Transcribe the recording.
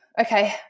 okay